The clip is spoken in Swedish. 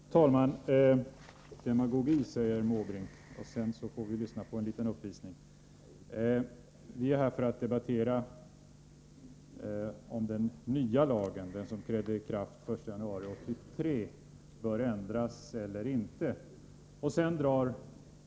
Fru talman! Demagogi, sade Måbrink, och sedan fick vi en liten uppvisning! Vi är här för att debattera om den nya lagen, den som trädde i kraft den 1 januari 1983, bör ändras eller inte.